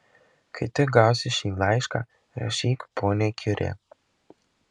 kai tik gausi šį laišką rašyk poniai kiuri